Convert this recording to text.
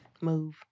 move